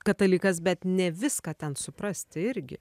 katalikas bet ne viską ten suprasti irgi